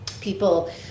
people